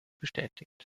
bestätigt